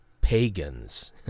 pagans